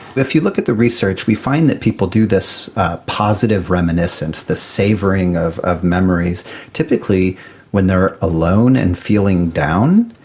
but if you look at the research, we find that people do this positive reminiscence, the savouring of of memories typically when they are alone and feeling down,